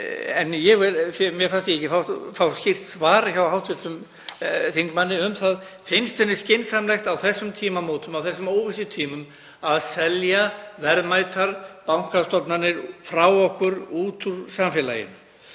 En mér fannst ég ekki fá skýrt svar hjá hv. þingmanni um það: Finnst henni skynsamlegt á þessum tímamótum, á þessum óvissutímum, að selja verðmætar bankastofnanir frá okkur út úr samfélaginu?